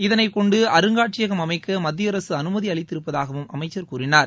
இதனைக் கொண்டு அருங்காட்சியகம் அமைக்க மத்திய அரசு அனுமதி அளித்திரப்பதாகவும் அமைச்சர் கூறினார்